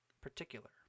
particular